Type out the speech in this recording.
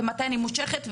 מתי אני מושכת,